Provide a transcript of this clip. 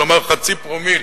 כלומר חצי פרומיל.